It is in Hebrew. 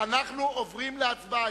ואנחנו עוברים להצבעה.